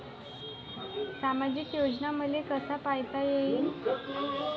सामाजिक योजना मले कसा पायता येईन?